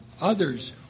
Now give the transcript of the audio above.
others